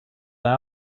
out